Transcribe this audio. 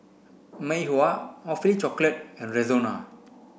Mei Hua Awfully Chocolate and Rexona